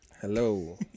hello